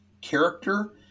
character